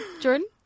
jordan